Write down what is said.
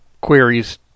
queries